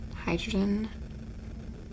Hydrogen